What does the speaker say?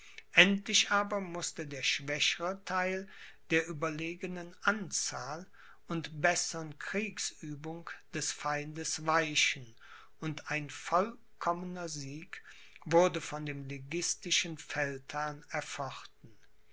endlich aber mußte der schwächere theil der überlegenen anzahl und bessern kriegsübung des feindes weichen und ein vollkommener sieg wurde von dem liguistischen feldherrn erfochten